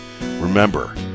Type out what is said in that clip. Remember